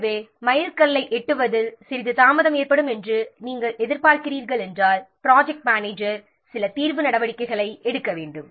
எனவே மைல்கல்லை அடைவதில் சிறிது தாமதம் ஏற்படும் என்று நீங்கள் ஏற்படக்கூடும் என்று நினைத்தால் அல்லது எதிர்பார்க்கிறீர்கள் என்றால் ப்ராஜெக்ட் மேனேஜர் சில தீர்வு நடவடிக்கைகளை எடுக்க வேண்டும்